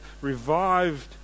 revived